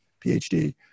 PhD